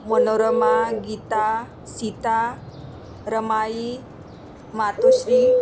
Manorama Geeta Sita Ramai Matoshree